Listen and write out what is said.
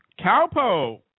Cowpo